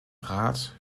rat